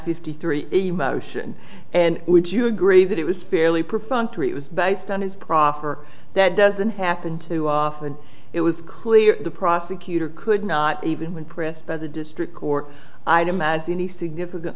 fifty three a motion and would you agree that it was fairly profound to it was based on his proffer that doesn't happen too often it was clear the prosecutor could not even when pressed by the district court i'd imagine any significant